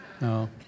No